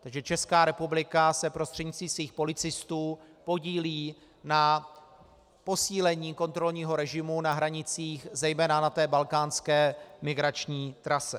Takže Česká republika se prostřednictvím svých policistů podílí na posílení kontrolního režimu na hranicích, zejména na té balkánské migrační trase.